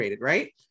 right